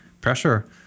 pressure